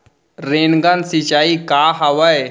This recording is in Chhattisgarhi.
रेनगन सिंचाई का हवय?